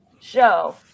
show